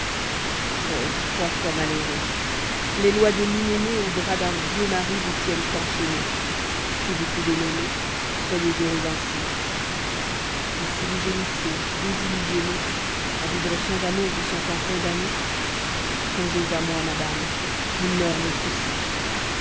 o trois fois malheureux les lois de l'hyménée au bras d'un vieux mari vous tiennent enchaînée si vous pouvez l'aimer soyez heureuse ainsi mais si vous gémissez désillusionnée a vivre sans amour vous sentant condamnée songez à moi madame et meure mon souci